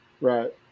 Right